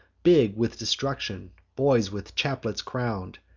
big with destruction. boys with chaplets crown'd,